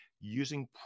Using